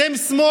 כלכלה מפותחת,